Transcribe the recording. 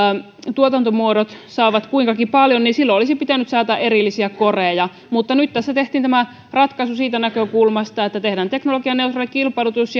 tuotantomuodot saavat kuinkakin paljon niin silloin olisi pitänyt säätää erillisiä koreja mutta nyt tässä tehtiin tämä ratkaisu siitä näkökulmasta että tehdään teknologianeutraali kilpailutus